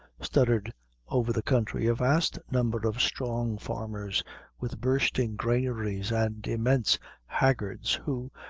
studded over the country, a vast number of strong farmers with bursting granaries and immense haggards, who,